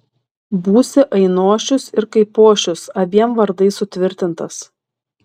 būsi ainošius ir kaipošius abiem vardais sutvirtintas